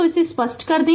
तो इसे स्पष्ट कर दे